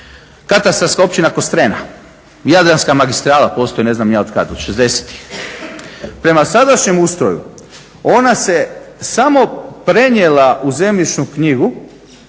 katastarska općina Kostrena, Jadranska magistrala postoji ne znam ni ja od kad od šezdesetih. Prema sadašnjem ustroju ona se samo prenijela u zemljišnu knjigu